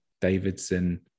Davidson